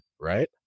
right